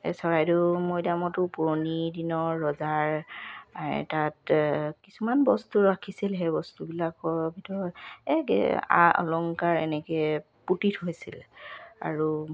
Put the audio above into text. এই চৰাইদেউ মৈদামতো পুৰণি দিনৰ ৰজাৰ তাত কিছুমান বস্তু ৰাখিছিল সেই বস্তুবিলাকৰ ভিতৰত এক আ অলংকাৰ এনেকে পুতি থৈছিল আৰু